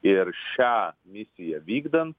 ir šią misiją vykdant